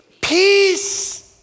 peace